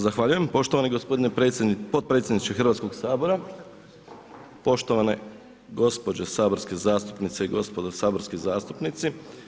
Zahvaljujem poštovani gospodine potpredsjedniče Hrvatskoga sabora, poštovane gospođe saborske zastupnice i gospodo saborski zastupnici.